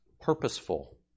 purposeful